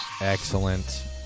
Excellent